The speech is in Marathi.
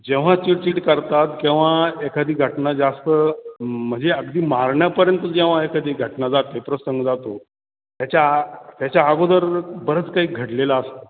जेव्हा चिडचिड करतात केव्हा एखादी घटना जास्त म्हणजे अगदी मारण्यापर्यंत जेव्हा एखादी घटना जाते प्रसंग जातो त्याच्या आ त्याच्या अगोदर बरंच काही घडलेला असतो